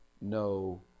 no